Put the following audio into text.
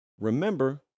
Remember